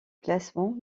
classement